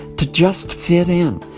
to just fit in,